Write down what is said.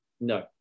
No